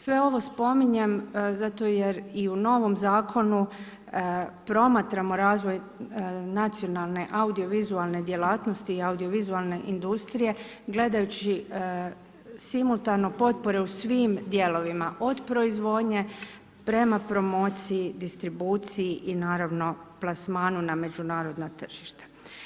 Sve ovo spominjem, zato jer i u novom zakonu, promatramo razvoj nacionalne audiovizualne djelatnosti i audiovizualne industrije, gledajući simultano potpore u svim dijelovima, od proizvodnje, prema promociji, distribuciji i naravno, plasmanu na međunarodna tržišta.